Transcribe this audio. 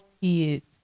kids